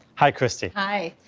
hi, christy. hi.